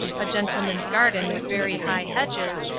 a gentleman's garden with very high hedges,